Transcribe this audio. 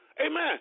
Amen